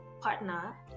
partner